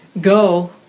go